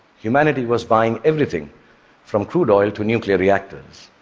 humanity was buying everything from crude oil to nuclear reactors.